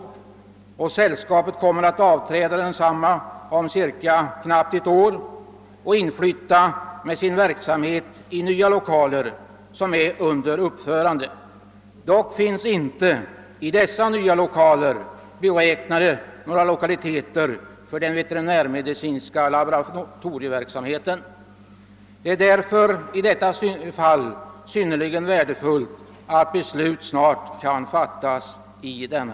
Hushållningssällskapet kommer att avträda fastigheten om knappt ett år och flytta in med sin verksamhet i nya lokaler, som är under uppförande. Men i dessa nya lokaler är det inte beräknat några lokaliteter för den veterinärmedicinska laboratorieverksamheten. Det är därför synnerligen värdefullt att beslut i denna fråga kan fattas snabbt.